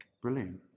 Brilliant